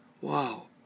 Wow